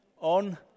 On